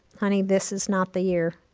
honey. this is not the year.